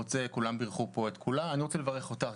כולם בירכו פה את כולם אני רוצה לברך אותך,